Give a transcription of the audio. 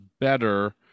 better